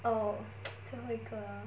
oh 最后一个 ah